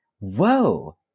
whoa